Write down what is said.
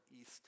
East